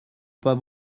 pas